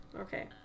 Okay